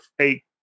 eight